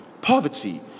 poverty